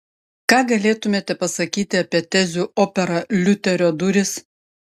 ką galėtumėte pasakyti apie tezių operą liuterio durys